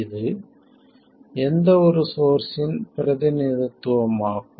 இது எந்த ஒரு சோர்ஸ்ஸின் பிரதிநிதித்துவமாகும்